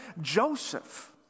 Joseph